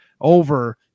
over